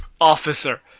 Officer